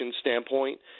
standpoint